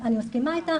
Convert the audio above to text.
אני מסכימה איתך,